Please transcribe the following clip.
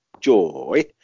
joy